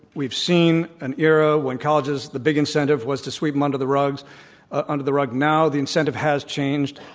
we've seen an era when colleges, the big incentive was to sweep them under the rugs ah under the rug now. the incentive has changed.